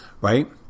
right